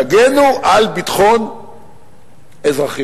תגנו על ביטחון האזרחים.